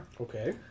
Okay